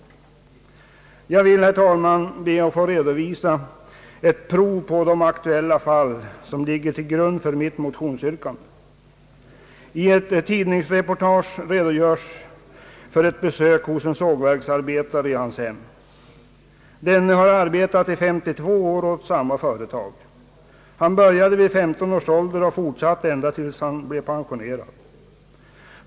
Jag vill, herr talman, redovisa ett exempel från de aktuella fall som ligger till grund för mitt motionsyrkande. I ett tidningsreportage har redogjorts för ett besök hos en sågverksarbetare i dennes hem. Han hade arbetat i 52 år åt samma företag. Han började vid 15 års ålder och hade forsatt ända tills han blev pensionerad.